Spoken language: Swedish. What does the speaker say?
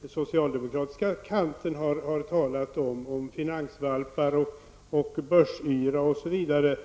den socialdemokratiska kanten har talat om -- finansvalpar, börsyra osv.